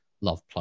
love